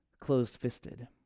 closed-fisted